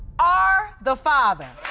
are the father.